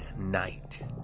Night